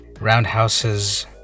Roundhouse's